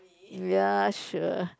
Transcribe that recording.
yeah sure